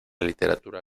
literatura